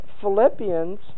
Philippians